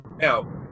Now